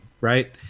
right